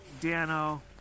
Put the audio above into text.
Dano